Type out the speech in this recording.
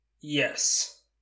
yes